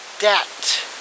debt